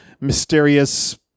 mysterious